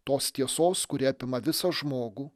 tos tiesos kuri apima visą žmogų